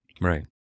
Right